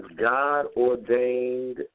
God-ordained